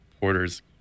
Porter's